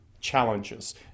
challenges